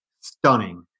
stunning